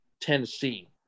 Tennessee